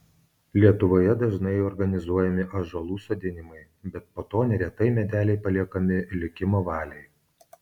lietuvoje dažnai organizuojami ąžuolų sodinimai bet po to neretai medeliai paliekami likimo valiai